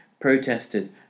protested